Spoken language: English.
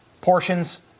portions